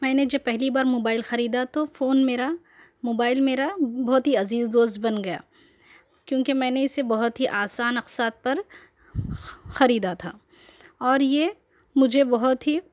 میں نے جب پہلی بار موبائل خریدا تو فون میرا موبائل میرا بہت ہی عزیز دوست بن گیا کیوں کہ میں نے اسے بہت ہی آسان اقساط پر خریدا تھا اور یہ مجھے بہت ہی